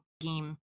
game